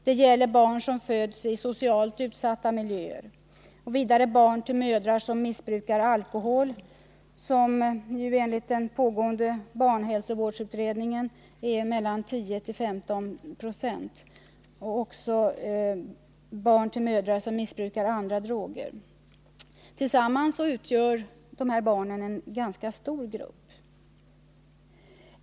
Det gäller barn som föds i socialt utsatta miljöer, vidare barn till mödrar som missbrukar alkohol — enligt den pågående barnhälsovårdsutredningen 35-10 96 — eller andra droger. Tillsammans utgör dessa barn en ganska stor grupp.